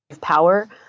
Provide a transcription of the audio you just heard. power